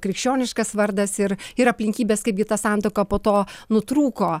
krikščioniškas vardas ir ir aplinkybės kaipgi ta santuoka po to nutrūko